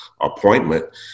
appointment